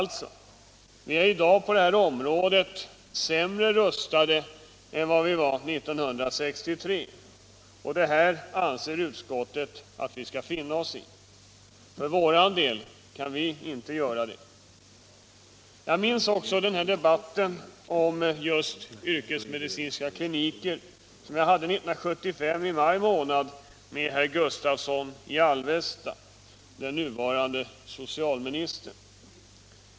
Alltså: Vi är i dag på detta område sämre rustade än vad vi var 1963, och det anser utskottet att vi skall finna oss i. För vår del kan vi inte göra det. Jag minns den debatt om just yrkesmedicinska kliniker som jag i maj 1975 hade med herr Gustavsson i Alvesta, den nuvarande socialministern.